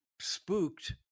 spooked